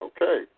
Okay